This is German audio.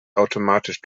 automatisch